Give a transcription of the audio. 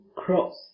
cross